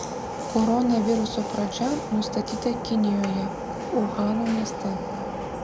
koronaviruso pradžia nustatyta kinijoje uhano mieste